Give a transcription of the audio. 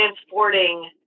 transporting